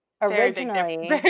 Originally